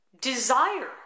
desire